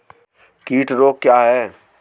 कीट रोग क्या है?